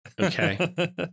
Okay